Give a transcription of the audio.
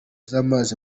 z’amazi